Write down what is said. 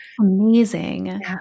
Amazing